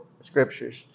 scriptures